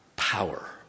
power